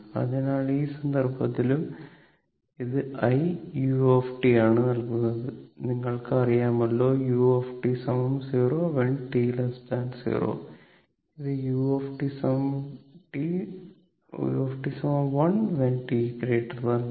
അതിനാൽ ഈ സന്ദർഭത്തിലും ഇത് i u ആണ് നൽകുന്നത് നിങ്ങൾക്ക് അറിയാമല്ലോ u 0 t 0 ന് ഇത് u 1 t 1